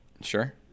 Sure